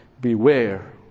Beware